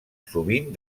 sovint